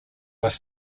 was